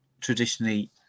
traditionally